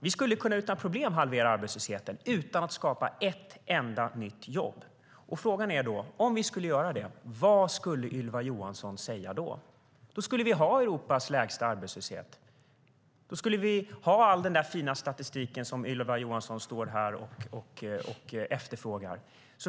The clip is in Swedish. Vi skulle utan problem kunna halvera arbetslösheten utan att skapa ett enda nytt jobb. Frågan är då: Om vi skulle göra det, vad skulle Ylva Johansson säga då? Då skulle vi ha Europas lägsta arbetslöshet. Då skulle vi ha all den fina statistik som Ylva Johansson efterfrågar.